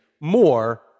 more